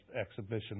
exhibition